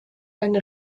ein